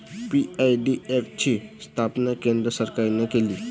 PFDF ची स्थापना केंद्र सरकारने केली